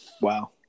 Wow